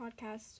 podcast